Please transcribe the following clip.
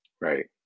Right